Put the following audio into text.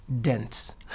dense